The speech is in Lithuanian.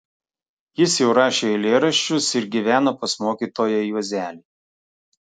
jis jau rašė eilėraščius ir gyveno pas mokytoją juozelį